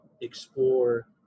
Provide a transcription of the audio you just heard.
explore